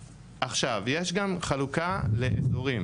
עכשיו, יש גם חלוקה לאזורים